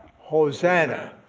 hosanna,